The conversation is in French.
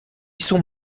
son